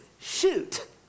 shoot